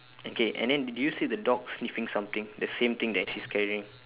okay and then did you see the dog sniffing something the same thing that she is carrying